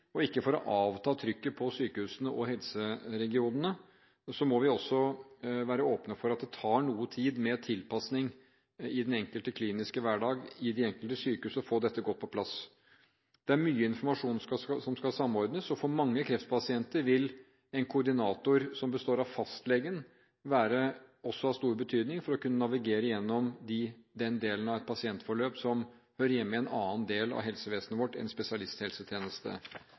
og ikke for å avta trykket på sykehusene og helseregionene – må vi være åpne for at det tar noe tid med tilpasning i den enkelte kliniske hverdag i de enkelte sykehus å få dette godt på plass. Det er mye informasjon som skal samordnes. For mange kreftpasienter vil en koordinator, som består av fastlegen, være av stor betydning for å kunne navigere gjennom den delen av et pasientforløp som hører hjemme i en annen del av helsevesenet vårt enn